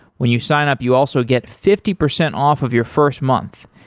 when you sign up, you also get fifty percent off of your first month.